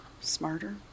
Smarter